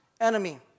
enemy